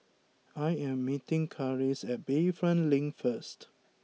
I am meeting Karis at Bayfront Link first